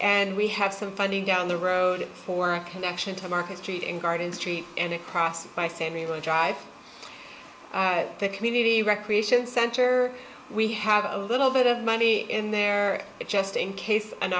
and we have some funding down the road for a connection to market street and garden street and across by saying we will drive the community recreation center we have a little bit of money in there just in case an